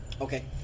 Okay